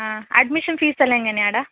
ആ admission fees എല്ലാം എങ്ങനെയാണ് ആട